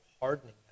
hardening